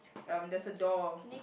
um there's a door